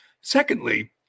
Secondly